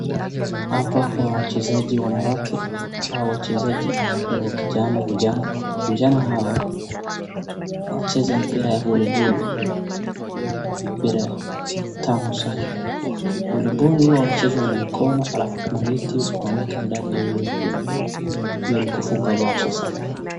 Hapa kuna wachezaji wanawake hawa wachezaji ni wa kijana vijana. Vijana hawa wanacheza mpira ya voliboli mpira tamu sana. Voliboli huwa wanachezwa mikono alafu kuna neti unaweka ndani ya mpira hiyo ni kufunga mbao sasa.